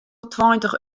tweintich